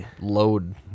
Load